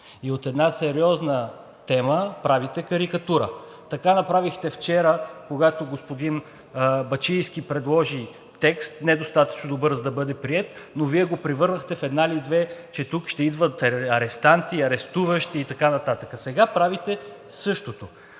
и от една сериозна тема правите карикатура! Така направихте вчера, когато господин Бачийски предложи текст недостатъчно добър, за да бъде приет, но Вие го превърнахте в едва ли не, че тук ще идват арестанти, арестуващи и така нататък. Сега правите същото.